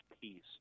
peace